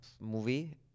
movie